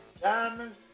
diamonds